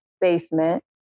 basement